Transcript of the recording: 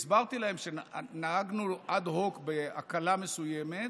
הסברתי להם שנהגנו אד-הוק בהקלה מסוימת,